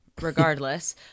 regardless